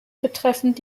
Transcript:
betreffend